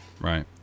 right